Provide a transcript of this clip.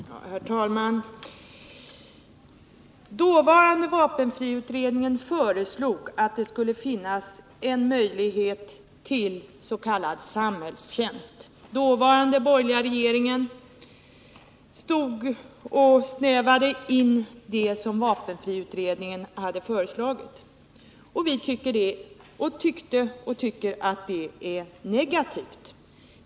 Herr talman! Dåvarande vapenfriutredningen föreslog att det skulle finnas en möjlighet till s.k. samhällstjänst. Den dåvarande borgerliga regeringen snävade in det som vapenfriutredningen hade föreslagit. Vi tyckte och tycker att det är negativt.